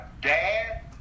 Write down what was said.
dad